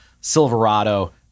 Silverado